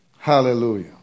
Hallelujah